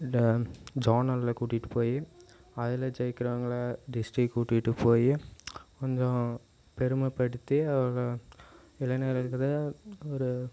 ட ஜோனலில் கூட்டிகிட்டு போய் அதில் ஜெய்க்கிறவங்களை டிஸ்டிக் கூட்டிகிட்டு போய் கொஞ்சம் பெருமைப்படுத்தி இளைஞர்களை ஒரு